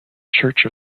church